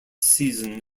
season